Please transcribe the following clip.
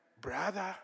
brother